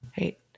right